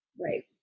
right